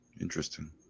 Interesting